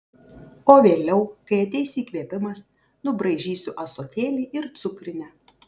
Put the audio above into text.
o vėliau kai ateis įkvėpimas nubraižysiu ąsotėlį ir cukrinę